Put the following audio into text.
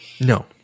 No